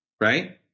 Right